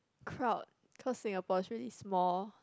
crowd because Singapore's really small